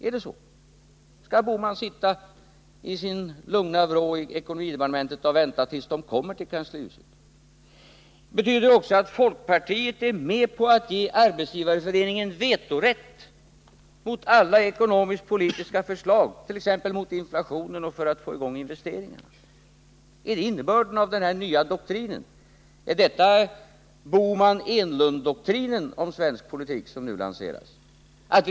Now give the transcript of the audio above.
Skall Gösta Bohman sitta i sin lugna vrå i ekonomidepartementet och vänta tills arbetsmarknadens parter kommer till kanslihuset? Betyder det också att folkpartiet är med på att ge Arbetsgivareföreningen vetorätt mot alla ekonomisk-politiska förslag, t.ex. förslag mot inflationen och förslag som går ut på att få i gång investeringar? Är det innebörden av den nya doktrinen? Är det Bohman-Enlund-doktrinen om svensk politik som nu lanseras?